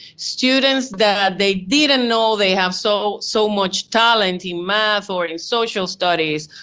students that they didn't know they have so so much talent in math or in social studies,